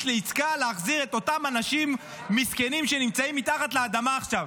לעסקה להחזיר את אותם אנשים מסכנים שנמצאים מתחת לאדמה עכשיו?